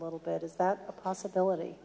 little bit is that a possibility